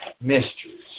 mysteries